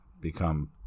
become